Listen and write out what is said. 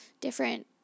different